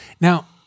now